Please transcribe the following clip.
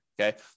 Okay